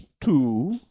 two